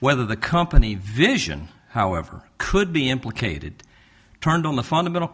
whether the company vision however could be implicated turned on the fundamental